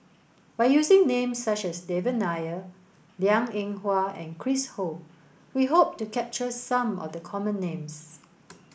by using names such as Devan Nair Liang Eng Hwa and Chris Ho we hope to capture some of the common names